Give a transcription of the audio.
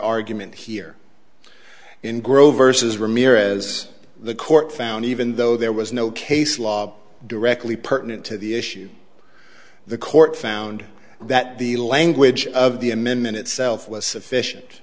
argument here in grove vs ramirez the court found even though there was no case law directly pertinent to the issue the court found that the language of the amendment itself was sufficient